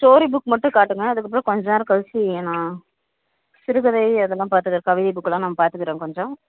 story book மட்டும் காட்டுங்கள் அதற்கப்பறம் கொஞ்ச நேரம் கழிச்சி நான் சிறுகதை அதெல்லாம் பார்த்துக்குறேன் கவிதை புக்கெல்லாம் நான் பார்த்துக்குறேன் கொஞ்சம்